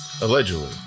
Allegedly